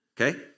okay